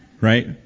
Right